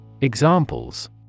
Examples